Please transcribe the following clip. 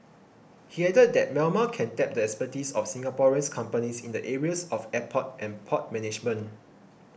he added that Myanmar can tap the expertise of Singaporean companies in the areas of airport and port management